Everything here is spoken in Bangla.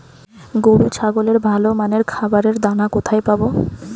গরু ও ছাগলের ভালো মানের খাবারের দানা কোথায় পাবো?